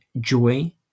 joy